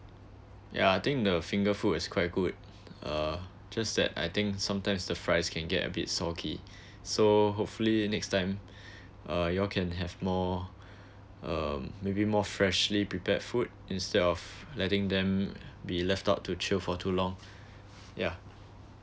ya I think the finger food is quite good uh just that I think sometimes the fries can get a bit soggy so hopefully next time uh you all can have more uh maybe more freshly prepared food instead of letting them be left out to chill for too long ya